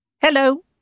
Hello